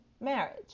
marriage